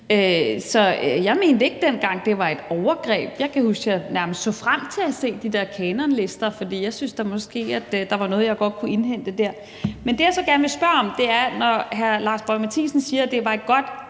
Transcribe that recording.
så jeg mente ikke dengang, at det var et overgreb. Jeg kan huske, at jeg nærmest så frem til at se de der kanonlister, for jeg syntes, at der måske var noget, jeg godt kunne indhente der. Hr. Lars Boje Mathiesen siger, at det var et godt